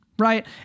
Right